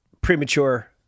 Premature